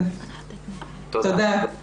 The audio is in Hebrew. תודה.